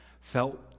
felt